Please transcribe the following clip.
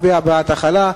מצביע בעד החלה,